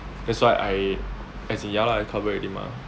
that's why I as in ya lah I cover already mah